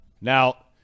Now